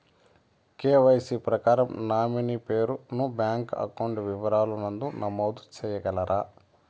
KYC ప్రకారం nominee పేరు ను బ్యాంకు అకౌంట్ వివరాల నందు నమోదు సేయగలరా?